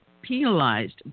Penalized